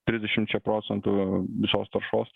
trisdešimčia procentų visos taršos